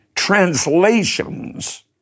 translations